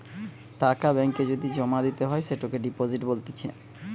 টাকা ব্যাঙ্ক এ যদি জমা দিতে হয় সেটোকে ডিপোজিট বলতিছে